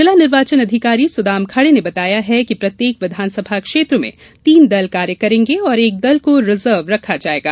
जिला निर्वाचन अधिकारी सुदाम खाड़े ने बताया कि प्रत्येक विधानसभा क्षेत्र में तीन दल कार्य करेंगे और एक दल को रिजर्व रखा जायेगा